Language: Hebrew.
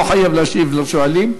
לא חייבים להשיב לשואלים.